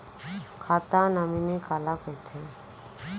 खाता नॉमिनी काला कइथे?